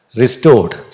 restored